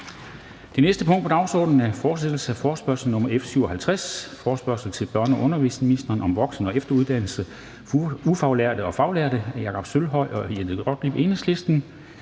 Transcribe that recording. Det næste punkt på dagsordenen er: 3) Fortsættelse af forespørgsel nr. F 57 [afstemning]: Forespørgsel til børne- og undervisningsministeren om voksen- og efteruddannelser for ufaglærte og faglærte. Af Jakob Sølvhøj (EL) og Jette